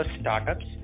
startups